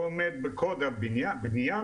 לא עומד בקוד הבניה,